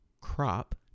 crop